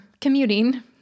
commuting